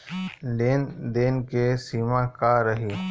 लेन देन के सिमा का रही?